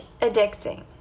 addicting